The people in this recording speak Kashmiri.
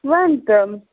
وَن تَم